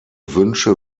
wünsche